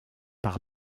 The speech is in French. par